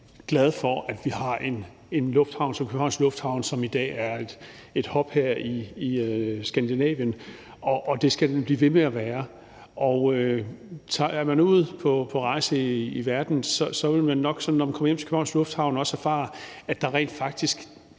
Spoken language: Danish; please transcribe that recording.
som Københavns Lufthavn, som i dag er en hub her i Skandinavien, og det skal den blive ved med at være. Er man ude på rejse i verden, vil man nok, når man kommer hjem til Københavns Lufthavn, også erfare, at der rent faktisk